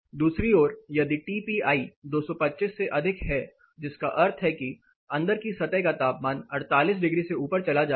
दूसरी ओर यदि टीपीआई 225 से अधिक है जिसका अर्थ है कि अंदर की सतह का तापमान 48 डिग्री से ऊपर चला जाता है